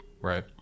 right